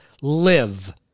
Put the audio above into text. live